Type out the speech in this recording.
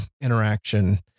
interaction